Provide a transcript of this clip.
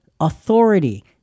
authority